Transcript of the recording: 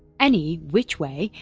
any which way,